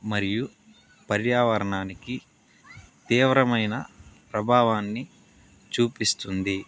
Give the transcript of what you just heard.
మరియు పర్యావరణానికి తీవ్రమైన ప్రభావాన్ని చూపిస్తుంది